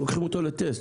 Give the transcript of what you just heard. לוקחים אותו לטסט.